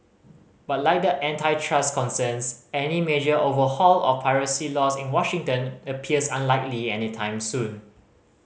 but like the trust concerns any major overhaul of privacy law in Washington appears unlikely anytime soon